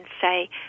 say